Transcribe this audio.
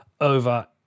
over